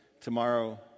tomorrow